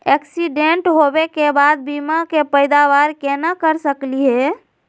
Accident होवे के बाद बीमा के पैदावार केना कर सकली हे?